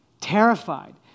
Terrified